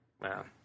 Wow